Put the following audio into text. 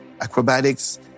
acrobatics